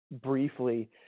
briefly